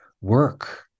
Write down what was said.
work